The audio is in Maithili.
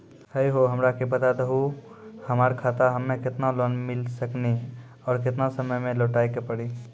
है हो हमरा के बता दहु की हमार खाता हम्मे केतना लोन मिल सकने और केतना समय मैं लौटाए के पड़ी?